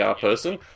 person